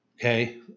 Okay